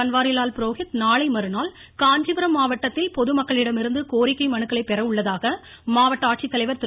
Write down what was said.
பன்வாரிலால் புரோகித் நாளை மறுநாள் காஞ்சிபுரம் மாவட்டத்தில் பொதுமக்களிடமிருந்து கோரிக்கை மனுக்களை பெறவுள்ளதாக மாவட்ட ஆட்சித்தலைவர் திரு